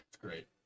Great